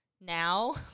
now